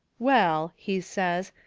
well, he says,